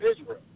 Israel